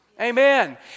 Amen